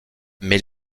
mais